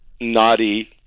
naughty